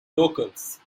locals